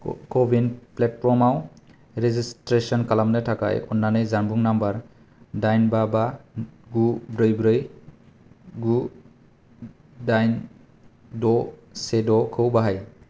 क'विन प्लेटफर्मआव रेजिस्ट्रेसन खालामनो थाखाय अन्नानै जानबुं नम्बर दाइन बा बा गु ब्रै ब्रै गु दाइन द' से द'खौ बाहाय